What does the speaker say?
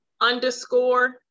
underscore